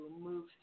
move